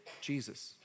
Jesus